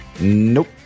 Nope